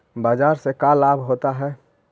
बाजार से का लाभ होता है?